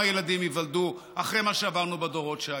ילדים ייוולדו אחרי מה שעברנו בדורות שהיו.